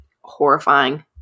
horrifying